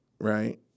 right